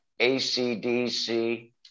ACDC